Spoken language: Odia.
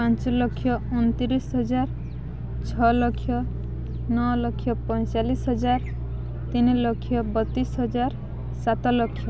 ପାଞ୍ଚ ଲକ୍ଷ ଅଣତିରିଶି ହଜାର ଛଅ ଲକ୍ଷ ନଅ ଲକ୍ଷ ପଇଁଚାଲିଶି ହଜାର ତିନିଲକ୍ଷ ବତିଶି ହଜାର ସାତ ଲକ୍ଷ